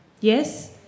yes